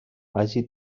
hagi